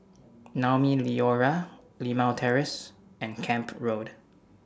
Naumi Liora Limau Terrace and Camp Road